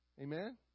Amen